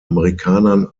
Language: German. amerikanern